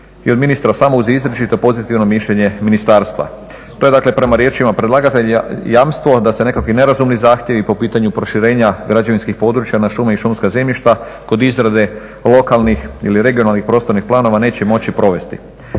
i od ministra, samo uz izričito pozitivno mišljenje ministarstva. To je prema riječima predlagatelja jamstvo da se nekakvi nerazumni zahtjevi po pitanju proširenja građevinskih područja na šume i šumska zemljišta kod izrade lokalnih ili regionalnih prostornih planova neće moći provesti.